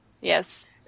Yes